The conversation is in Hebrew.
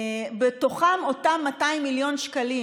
בתוכם אותם 200 מיליון שקלים